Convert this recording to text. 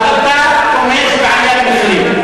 אתה לא רק לא מבין, אבל אתה תומך בעליית מחירים.